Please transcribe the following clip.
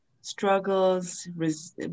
struggles